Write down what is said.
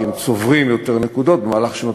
כי הם צוברים יותר נקודות במהלך שנות